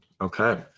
Okay